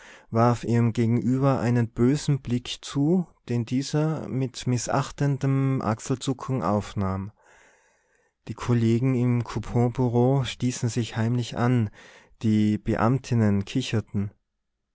warf ihrem gegenüber einen bösen blick zu den dieser mit mißachtendem achselzucken aufnahm die kollegen im couponbureau stießen sich heimlich an die beamtinnen kicherten